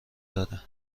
داره